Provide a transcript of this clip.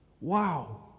Wow